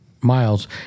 miles